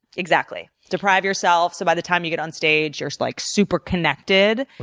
exactly. deprive yourself so by the time you get on stage, you're like super connected.